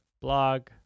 Blog